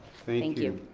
thank you.